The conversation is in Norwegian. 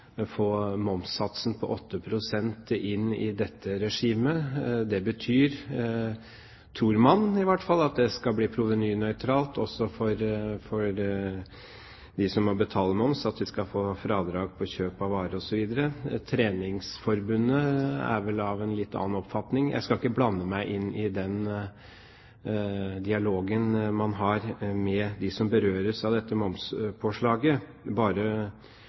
få momssatsen på 8 pst. inn i dette regimet. Det tror man betyr at det skal bli provenynøytralt også for dem som må betale moms, at de skal få fradrag på kjøp av varer osv. Treningsforbundet er vel av en litt annen oppfatning. Jeg skal ikke blande meg inn i den dialogen man har med dem som berøres av dette momspåslaget, men bare